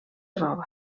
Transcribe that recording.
roba